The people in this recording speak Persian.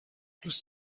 دوست